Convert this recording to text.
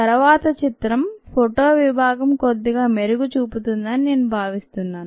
తరువాత చిత్రం ఫోటో విభాగం కొద్దిగా మెరుగ్గా చూపుతుందని నేను భావిస్తున్నాను